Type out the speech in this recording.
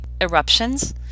eruptions